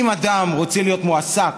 אם אדם רוצה להיות מועסק